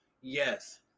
Yes